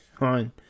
on